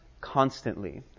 constantly